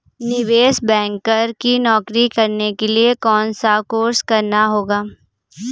निवेश बैंकर की नौकरी करने के लिए कौनसा कोर्स करना होगा?